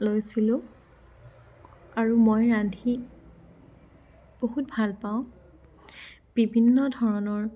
লৈছিলো আৰু মই ৰান্ধি বহুত ভাল পাওঁ বিভিন্ন ধৰণৰ